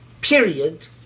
period